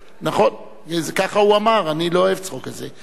נכון, ככה הוא אמר, אני לא אוהב צחוק כזה.